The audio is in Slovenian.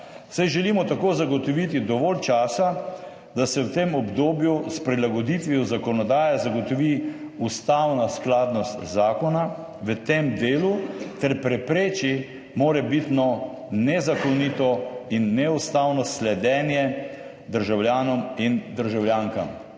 saj želimo tako zagotoviti dovolj časa, da se v tem obdobju s prilagoditvijo zakonodaje zagotovi ustavna skladnost zakona v tem delu ter prepreči morebitno nezakonito in neustavno sledenje državljanom in državljankam.